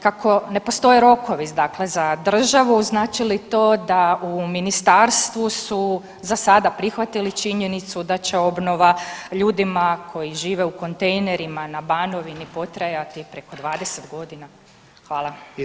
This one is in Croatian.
Kako ne postoje rokovi dakle za državu, znači li to da u Ministarstvu su za sada prihvatili činjenicu da će obnova ljudima koji žive u kontejnerima na Banovini potrajati preko 20 godina?